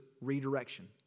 redirection